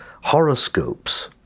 horoscopes